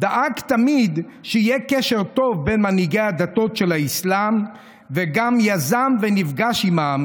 דאג תמיד שיהיה קשר טוב בין מנהיגי הדתות של האסלאם וגם יזם ונפגש עימם,